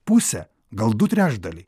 pusę gal du trečdaliai